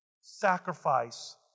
sacrifice